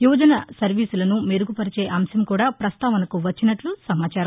యువజన సర్వీసులను మెరుగుపరిచే అంశంకూడా పస్థావనకు వచ్చినట్లు సమాచారం